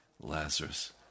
Lazarus